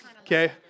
Okay